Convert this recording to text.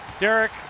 Derek